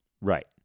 Right